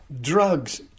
drugs